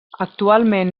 actualment